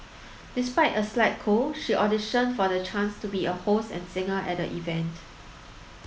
despite a slight cold she auditioned for the chance to be a host and a singer at the event